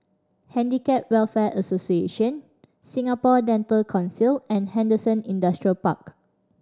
Handicap Welfare Association Singapore Dental Council and Henderson Industrial Park